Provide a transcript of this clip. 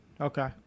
Okay